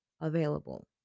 available